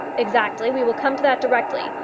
exactly we will come to that directly.